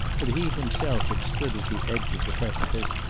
but he himself had stood at the edge of the precipice,